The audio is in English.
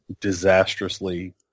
disastrously